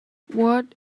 what